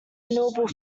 renewable